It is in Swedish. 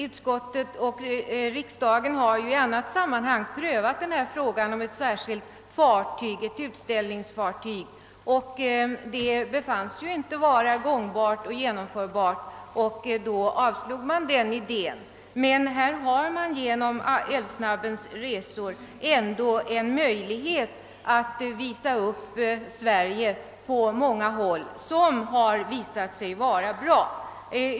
Utskottet och riksdagen har i annat sammanhang prövat frågan om ett särskilt utställningsfartyg, men idén befanns inte genomförbar. Genom Älvsnabbens resor har vi dock en möjlighet som visat sig vara bra, att visa upp Sverige på många håll.